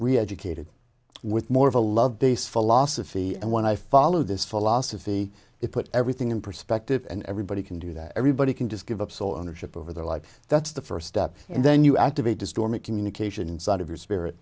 we educated with more of a love based philosophy and when i follow this philosophy it puts everything in perspective and everybody can do that everybody can just give up sole ownership over their life that's the first step and then you activate the storm of communication inside of your spirit